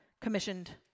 commissioned